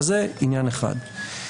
זה עניין אחד.